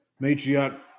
matriarch